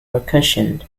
percussion